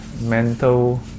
mental